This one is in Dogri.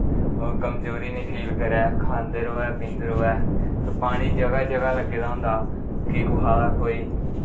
कमजोरी निं फील करै खांदे रवै पींदे रवै ते पानी जगह् जगह् लग्गे दा होंदा कि कुसा दा कोई